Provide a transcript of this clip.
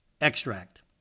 extract